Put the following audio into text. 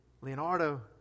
Leonardo